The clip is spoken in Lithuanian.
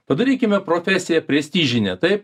padarykime profesiją prestižine taip